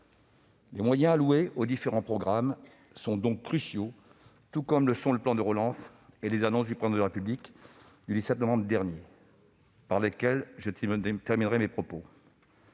Les moyens alloués aux différents programmes sont donc cruciaux, au même titre que le plan de relance et les annonces du Président de la République du 17 novembre dernier, sur lesquelles je terminerai mon propos.